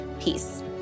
Peace